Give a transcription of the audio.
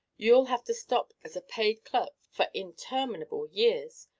you'll have to stop as a paid clerk for interminable years!